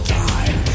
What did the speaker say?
time